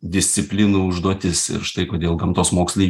disciplinų užduotis ir štai kodėl gamtos mokslai